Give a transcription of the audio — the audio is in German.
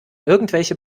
irgendwelche